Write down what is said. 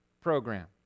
program